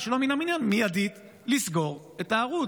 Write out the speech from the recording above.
שלא מן המניין, שייקבע מיידית לסגור את הערוץ.